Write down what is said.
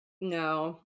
No